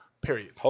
Period